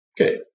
Okay